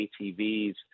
atvs